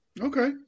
Okay